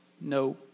no